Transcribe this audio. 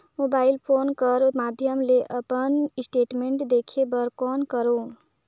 Mobile phone कर माध्यम ले अपन स्टेटमेंट देखे बर कौन करों?